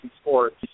Sports